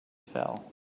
fell